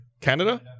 Canada